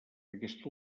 aquest